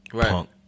punk